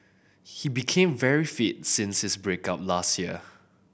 he became very fit since his break up last year